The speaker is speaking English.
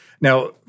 Now